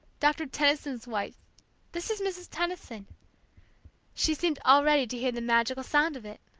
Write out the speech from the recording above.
doctor tenison's wife this is mrs. tenison she seemed already to hear the magical sound of it!